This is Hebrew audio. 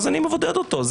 אז אני מבודד אותו.